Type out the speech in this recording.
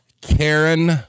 Karen